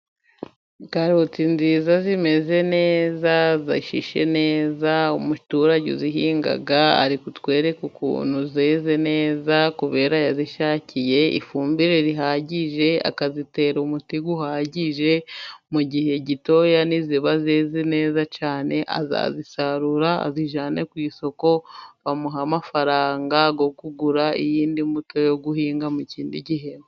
Karoti nziza, zimeze neza, zashishe neza, umuturage uzihinga ari kutwereke ukuntu zeze neza kubera yazishakiye ifumbire ihagije, akazitera umuti uhagije, mu gihe gitoya niziba zeze neza cyane, azazisarura azijyane ku isoko bamuhe amafaranga yo kugura iyindi mbuto yo guhinga mu kindi gihembwe.